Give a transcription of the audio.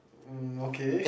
um okay